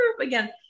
again